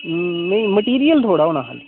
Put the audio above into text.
नेईं मटीरियल थुआढ़ा होना खाल्ली